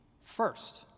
first